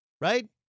Right